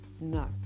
No